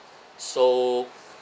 so